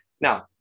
Now